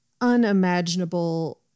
unimaginable